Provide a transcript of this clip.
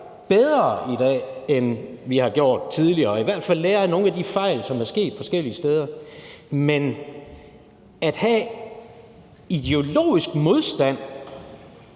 bedre i dag, end vi har gjort tidligere – og i hvert fald lære af nogle af de fejl, som er sket forskellige steder. Men at have ideologisk modstand